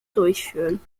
durchführen